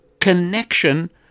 connection